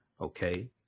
okay